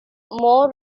more